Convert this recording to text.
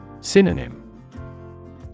Synonym